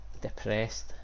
depressed